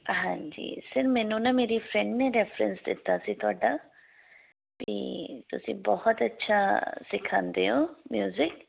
ਹਾਂਜੀ ਸਰ ਮੈਨੂੰ ਨਾ ਮੇਰੀ ਫਰੈਂਡ ਨੇ ਰੈਫਰੈਂਸ ਦਿੱਤਾ ਸੀ ਤੁਹਾਡਾ ਅਤੇ ਤੁਸੀਂ ਬਹੁਤ ਅੱਛਾ ਸਿਖਾਉਂਦੇ ਹੋ ਮਿਊਜਿਕ